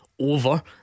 over